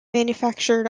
manufactured